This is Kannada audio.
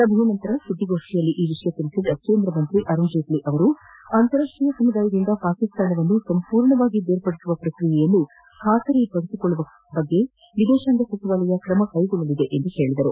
ಸಭೆ ನಂತರ ಸುದ್ದಿಗೋಷ್ಠಿಯಲ್ಲಿ ಈ ವಿಷಯ ತಿಳಿಸಿದ ಕೇಂದ್ರ ಸಚಿವ ಅರುಣ್ ಜೇಟ್ಲಿ ಅಂತಾರಾಷ್ಟೀಯ ಸಮುದಾಯದಿಂದ ಪಾಕಿಸ್ತಾನವನ್ನು ಸಂಪೂರ್ಣವಾಗಿ ಪ್ರಕ್ತೇಕಿಸುವ ಪ್ರಕ್ರಿಯೆಯನ್ನು ಖಾತ್ರಿ ಪಡಿಸಿಕೊಳ್ಳುವ ಕುರಿತು ವಿದೇತಾಂಗ ಸಚಿವಾಲಯ ಕ್ರಮ ಕೈಗೊಳ್ಳಲಿದೆ ಎಂದು ಹೇಳಿದರು